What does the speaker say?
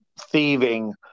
thieving